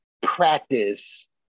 practice